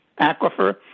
aquifer